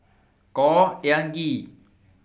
Khor Ean Ghee